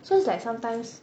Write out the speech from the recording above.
so it's like sometimes